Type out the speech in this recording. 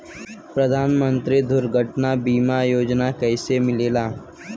प्रधानमंत्री दुर्घटना बीमा योजना कैसे मिलेला?